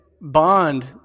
bond